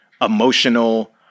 emotional